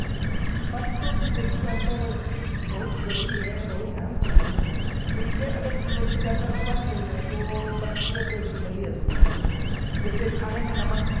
فن تو زندگی کے اندر بہت ضروری ہے بہت اہم چیز ہے کیونکہ اگر زندگی کے اندر فن نہیں ہے تو سمجھیے کہ زندگی ادھوری ہے جیسے کھانے میں نمک